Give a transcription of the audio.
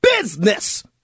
business